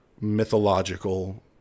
mythological